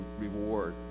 reward